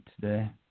today